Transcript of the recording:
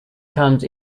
comes